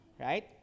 right